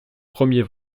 premier